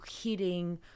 hitting